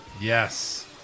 Yes